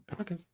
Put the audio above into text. Okay